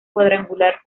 cuadrangular